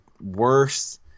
worse